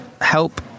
help